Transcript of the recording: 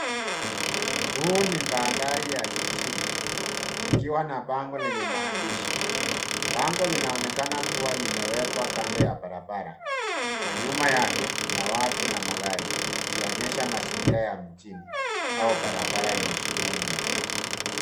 Huu ni mandhari ya jijini likiwa na bango lenye maandishi, lango linaonekana kuwa limewekwa kando ya barabara, na nyuma yake, kuna watu na magari, ikionyesha mazingira ya mjini, au barabara yenye shughuli mingi.